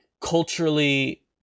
culturally